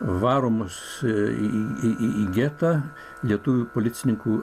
varomus į į į getą lietuvių policininkų